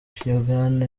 pyongyang